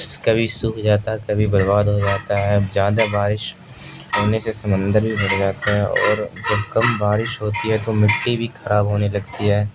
کبھی سوکھ جاتا ہے کبھی برباد ہو جاتا ہے زیادہ بارش ہونے سے سمندر بھی جاتا ہے اور جب کم بارش ہوتی ہے تو مٹی بھی خراب ہونے لگتی ہے